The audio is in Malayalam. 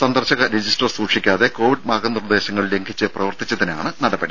സന്ദർശക രജിസ്റ്റർ സൂക്ഷിക്കാതെ കോവിഡ് മാർഗ നിർദേശങ്ങൾ ലംഘിച്ച് പ്രവർത്തിച്ചതിനാണ് നടപടി